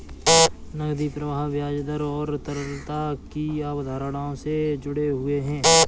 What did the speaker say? नकदी प्रवाह ब्याज दर और तरलता की अवधारणाओं से जुड़े हुए हैं